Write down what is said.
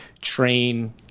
train